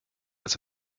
als